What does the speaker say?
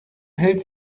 hält